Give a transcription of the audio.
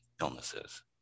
illnesses